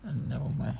oh never mind